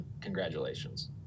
congratulations